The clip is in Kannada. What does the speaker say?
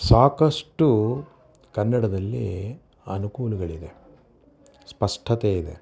ಸಾಕಷ್ಟು ಕನ್ನಡದಲ್ಲಿ ಅನುಕೂಲಗಳಿದೆ ಸ್ಪಷ್ಟತೆಯಿದೆ